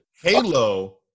Halo